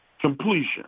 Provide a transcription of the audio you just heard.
completion